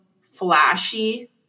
flashy